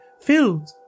filled